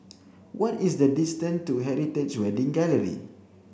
what is the distance to Heritage Wedding Gallery